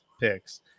picks